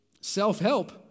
Self-help